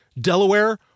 Delaware